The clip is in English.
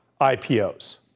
IPOs